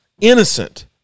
innocent